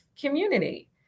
community